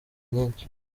nyinshi